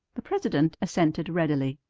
the president assented readily.